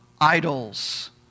idols